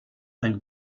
ein